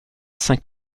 cinq